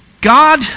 God